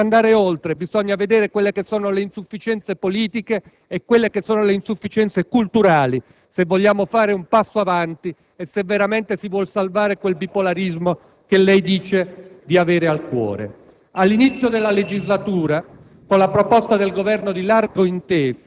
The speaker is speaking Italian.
dal Colle. Allora, bisogna andare oltre, bisogna riferirsi a quelle che sono le insufficienze politiche e a quelle che sono le insufficienze culturali, se si vuole fare un passo avanti e se si vuole veramente salvare quel bipolarismo che lei dice di avere a cuore. All'inizio della legislatura,